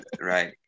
Right